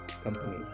company